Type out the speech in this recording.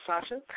Sasha